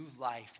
life